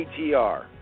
ATR